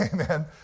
amen